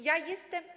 Ja jestem.